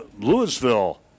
Louisville